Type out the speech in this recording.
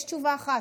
יש תשובה אחת: